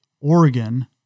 Oregon